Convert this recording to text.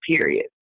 period